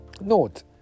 Note